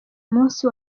munsi